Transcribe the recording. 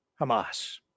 Hamas